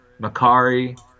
Makari